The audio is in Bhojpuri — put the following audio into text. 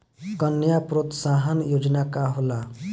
कन्या प्रोत्साहन योजना का होला?